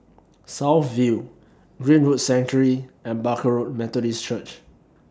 South View Greenwood Sanctuary and Barker Road Methodist Church